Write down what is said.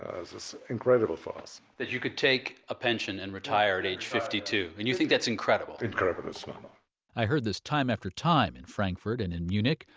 incredible for us that you could take a pension and retire at age fifty two? and you think that's incredible incredible so um ah i heard this time after time, in frankfurt and in munich,